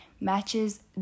matches